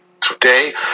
Today